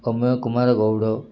ଭୋମ୍ୟ Kumar Gaud